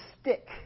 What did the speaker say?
stick